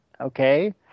Okay